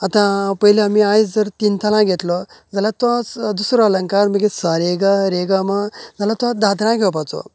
आतां पयले आमी आयज जर तीन ताना घेतलो जाल्या तो दुसरो अलंकार मागीर सा रे ग रे ग म जाल्या तो दात्राय घेवपाचो